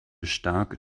stark